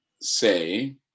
say